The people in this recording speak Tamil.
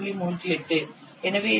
38 எனவே இது உங்களுக்கு 8